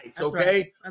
okay